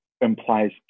implies